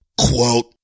Quote